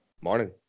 Morning